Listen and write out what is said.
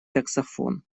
таксофон